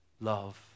love